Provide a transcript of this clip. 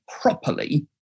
properly